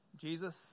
Jesus